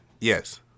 Yes